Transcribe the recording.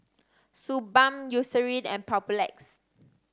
Suu Balm Eucerin and Papulex